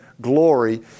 glory